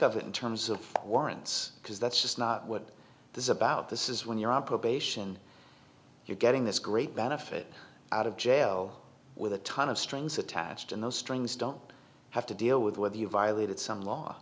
of it in terms of warrants because that's just not what this is about this is when you're on probation you're getting this great benefit out of jail with a ton of strings attached and those strings don't have to deal with you violated some law